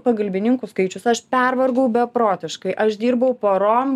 pagalbininkų skaičius aš pervargau beprotiškai aš dirbau parom